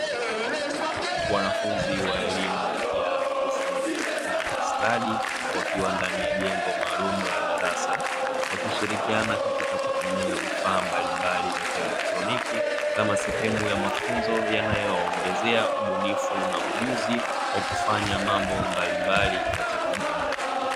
Wanafunzi wa elimu ya ufundi na stadi wakiwa ndani ya jengo maalumu la darasa wakishirikiana katika kutumia vifaa mbali mbali vya kielektroniki kama sehemu ya mafunzo yanayo waongezea ubunifu na ujuzi wa kufanya mambo mbali mbali katika jamii.